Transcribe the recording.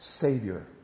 Savior